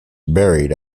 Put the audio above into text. buried